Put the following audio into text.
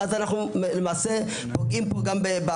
ואז אנו פוגעים גם בעתיד.